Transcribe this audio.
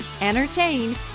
entertain